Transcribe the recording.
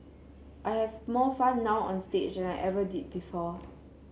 I have more fun now onstage an I ever did before